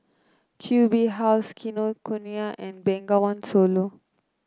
Q B House Kinokuniya and Bengawan Solo